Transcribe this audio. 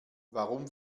warum